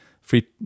free